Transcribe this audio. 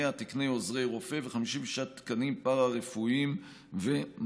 100 תקני עוזרי רופא ו-56 תקנים פארה-רפואיים ומנמ"ש.